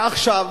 ועכשיו,